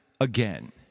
again